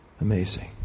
Amazing